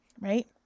Right